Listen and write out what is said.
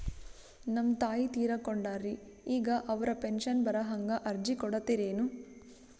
ನಮ್ ತಾಯಿ ತೀರಕೊಂಡಾರ್ರಿ ಈಗ ಅವ್ರ ಪೆಂಶನ್ ಬರಹಂಗ ಅರ್ಜಿ ಕೊಡತೀರೆನು?